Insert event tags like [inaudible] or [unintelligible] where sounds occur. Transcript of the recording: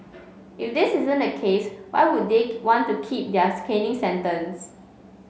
if this isn't the case why would they [unintelligible] want to keep theirs caning sentence